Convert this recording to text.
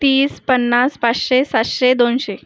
तीस पन्नास पाचशे सातशे दोनशे